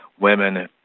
women